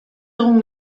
egun